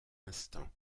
instant